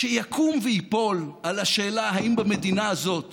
שיקום וייפול על השאלה אם במדינה הזאת